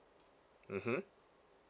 mmhmm